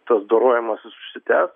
tas dorojimasis užsitęs